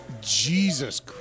Jesus